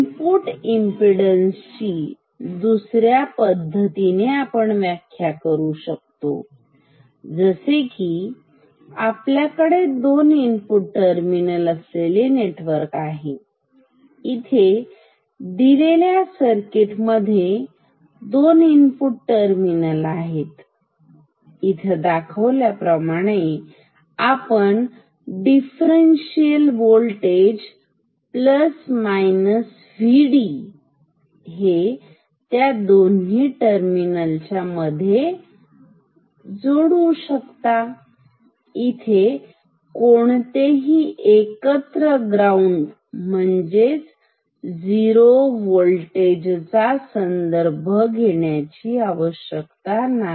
input impedance ची दुसऱ्या पद्धतीने आपण व्याख्या करू शकतो जसे की आपल्याकडे दोन इनपुट टर्मिनल असलेले नेटवर्क आहे इथे दिलेल्या सर्किट मध्ये दोन इनपुट टर्मिनल आहेत इथे दाखवल्याप्रमाणे आपण डिफरेंशनल व्होल्टेज प्लस मायनस हे त्या दोन्ही टर्मिनलच्या मध्ये जोडू शकतो इथे कोणतेही एकत्र ग्राउंड म्हणजे झिरो होल्टेज संदर्भ घेण्याची आवश्यकता नाही